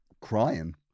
crying